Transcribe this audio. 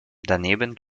daneben